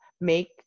make